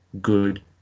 good